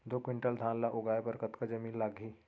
दो क्विंटल धान ला उगाए बर कतका जमीन लागही?